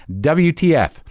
WTF